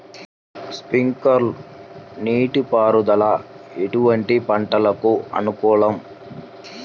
Sprinkler నీటిపారుదల ఎటువంటి పంటలకు అనుకూలము?